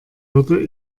würde